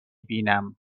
بینم